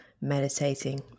meditating